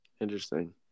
Interesting